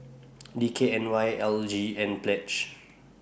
D K N Y L G and Pledge